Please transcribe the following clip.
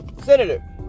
senator